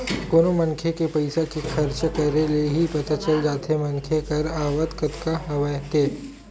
कोनो मनखे के पइसा के खरचा करे ले ही पता चल जाथे मनखे कर आवक कतका हवय ते